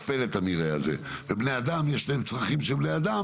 --- לא, יש סככת כלים.